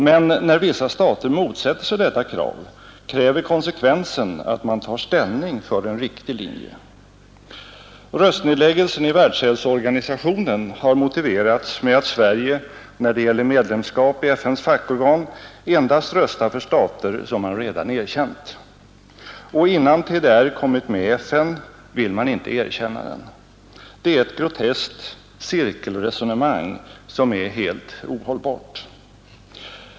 Men när vissa stater motsätter sig detta kräver konsekvensen att man tar ställning för en riktig linje. Röstnedläggelsen i Världshälsoorganisationen har motiverats med att Sverige när det gäller medlemskap i FN:s fackorgan endast röstar för stater som man redan erkänt. Och innan TDR kommit med i FN vill man inte erkänna den. Det är ett groteskt cirkelresonemang som är helt ohållbart.